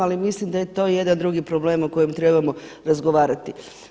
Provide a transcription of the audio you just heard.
Ali mislim da je to jedan drugi problem o kojem trebamo razgovarati.